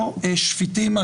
חברות וחברים יקרים,